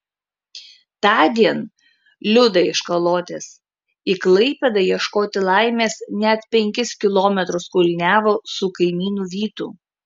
tądien liuda iš kalotės į klaipėdą ieškoti laimės net penkis kilometrus kulniavo su kaimynu vytu